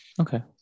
Okay